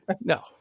No